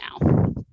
now